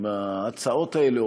עם ההצעות האלה,